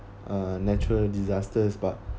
uh natural disasters but